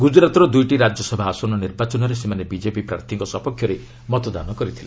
ଗୁଜରାତ୍ର ଦୁଇଟି ରାଜ୍ୟସଭା ଆସନ ନିର୍ବାଚନରେ ସେମାନେ ବିଜେପି ପ୍ରାର୍ଥୀଙ୍କ ସପକ୍ଷରେ ମତଦାନ କରିଥିଲେ